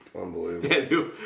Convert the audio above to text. Unbelievable